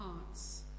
hearts